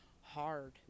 hard